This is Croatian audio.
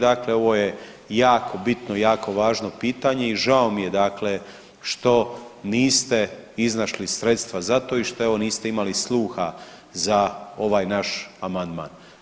Dakle, ovo je jako bitno i jako važno pitanje i žao mi je dakle što niste iznašli sredstva za to i što evo niste imali sluha za ovaj naš amandman.